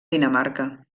dinamarca